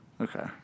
Okay